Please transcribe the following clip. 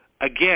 again